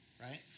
right